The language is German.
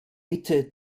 mitte